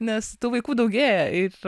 nes tų vaikų daugėja ir